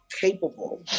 capable